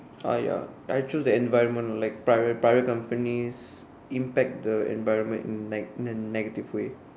uh ya I choose the environment one like private private companies impact the environment in like the negative way